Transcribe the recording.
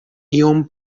iom